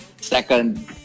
Second